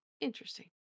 interesting